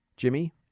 Jimmy